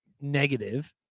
negative